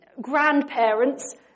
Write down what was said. grandparents